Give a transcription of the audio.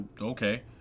Okay